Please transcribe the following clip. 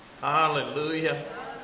Hallelujah